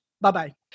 Bye-bye